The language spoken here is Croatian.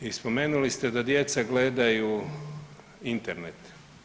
I spomenuli ste da djeca gledaju Internet.